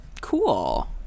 Cool